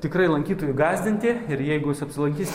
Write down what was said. tikrai lankytojų gąsdinti ir jeigu jis apsilankys